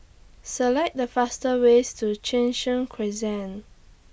Select The fastest ways to Cheng Soon Crescent